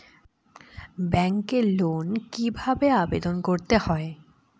ব্যাংকে লোন কিভাবে আবেদন করতে হয়?